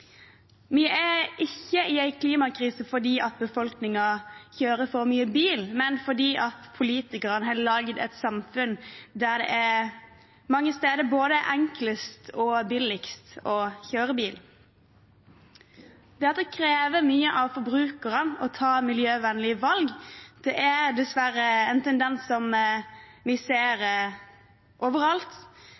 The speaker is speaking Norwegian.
Vi er ikke i en klimakrise fordi befolkningen kjører for mye bil, men fordi politikerne har laget et samfunn der det mange steder er både enklest og billigst å kjøre bil. Det at det krever mye av forbrukerne å ta miljøvennlige valg, er dessverre en tendens som vi ser overalt.